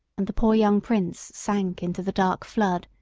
and the poor young prince sank into the dark flood,